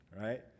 Right